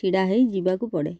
ଛିଡ଼ା ହେଇଯିବାକୁ ପଡ଼େ